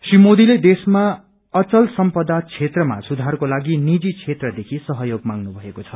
श्री मोदीले देश्रमा अचल सम्पदा क्षेत्रमा सुधारको लागि निजी क्षेत्रदेखि सहयोग मांग्नु भएको छ